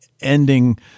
ending